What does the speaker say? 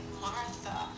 Martha